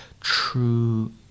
true